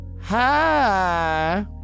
Hi